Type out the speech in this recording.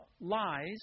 lies